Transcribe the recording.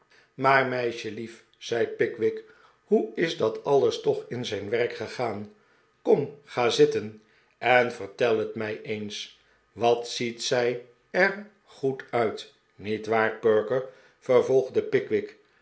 maar meisjelief zei pickwick hoe is dat alles toch in zijn werk gegaan kom ga zitten en vertel het mij eens wat ziet zij er goed uit niet waar perker vervolgde pickwick